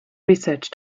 research